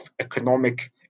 economic